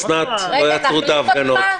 אוסנת, לא יעצרו את ההפגנות.